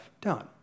done